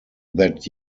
that